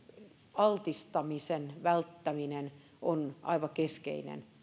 altistumisen välttäminen on aivan keskeinen